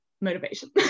motivation